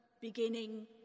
beginning